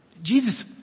Jesus